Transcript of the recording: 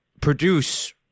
produce